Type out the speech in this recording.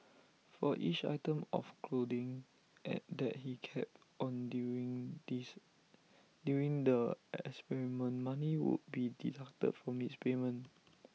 for each item of clothing at that he kept on during this during the experiment money would be deducted from his payment